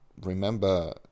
remember